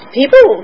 people